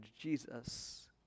Jesus